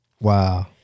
Wow